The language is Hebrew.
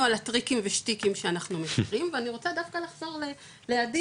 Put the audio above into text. על הטריקים ושטיקים שאנחנו מכירים ואני רוצה דווקא לחזור לעדי,